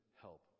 help